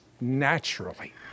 naturally